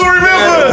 remember